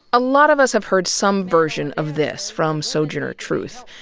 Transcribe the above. a lot of us have heard some version of this, from soujourner truth.